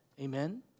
amen